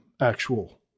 actual